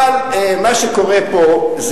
אבל מה שקורה פה,